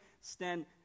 stand